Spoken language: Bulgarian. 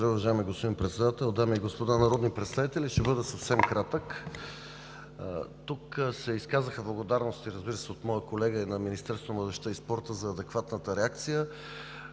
Благодаря, уважаеми господин Председател. Дами и господа народни представители, ще бъда съвсем кратък. Тук се изказаха благодарности, разбира се, от моя колега на Министерството на младежта и спорта за адекватната реакция.